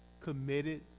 committed